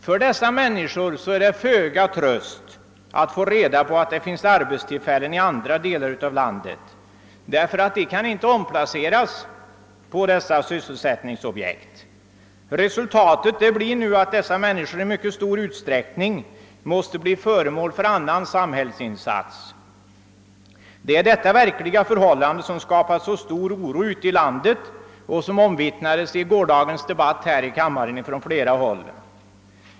För dessa människor är det föga tröst att få reda på att det finns arbetstillfällen i andra delar av landet, ty de kan inte omplaceras till dessa sysselsättningsobjekt. Resultatet blir att vederbörande i mycket stor utsträckning måste bli föremål för annan samhällsinsats. Det är detta verkliga förhållande som skapat så stor oro ute i landet, vilket omvittnades från flera håll i gårdagens debatt här i kammaren.